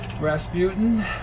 Rasputin